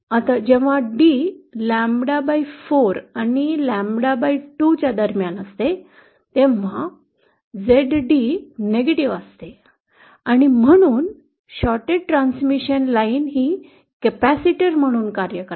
जेव्हा d lambda 4 and आणि lambda २ दरम्यान असते Zd नकारात्मक असते आणि म्हणून शॉर्ट्ड ट्रांसमिशन लाइन कॅपेसिटर म्हणून कार्य करते